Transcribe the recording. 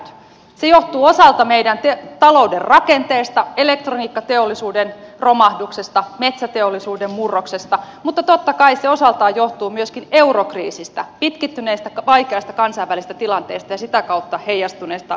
se johtuu osaltaan meidän talouden rakenteesta elektroniikkateollisuuden romahduksesta metsäteollisuuden murroksesta mutta totta kai se osaltaan johtuu myöskin eurokriisistä pitkittyneestä vaikeasta kansainvälisestä tilanteesta ja sitä kautta heijastuneista suhdanneongelmista